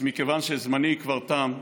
מכיוון שזמני כבר תם,